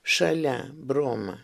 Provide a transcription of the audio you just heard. šalia broma